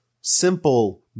simple